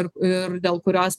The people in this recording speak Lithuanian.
ir ir dėl kurios